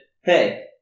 Hey